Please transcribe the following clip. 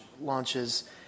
launches